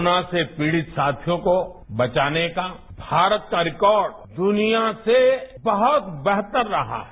corona से पीडित साधियों को बचाने का भारत का रिकॉर्ड दुनिया से बहुत बेहतर रहा है